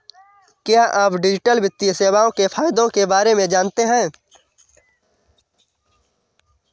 क्या आप डिजिटल वित्तीय सेवाओं के फायदों के बारे में जानते हैं?